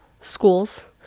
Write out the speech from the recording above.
schools